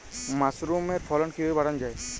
মাসরুমের ফলন কিভাবে বাড়ানো যায়?